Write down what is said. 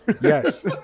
Yes